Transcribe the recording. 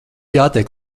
jātiek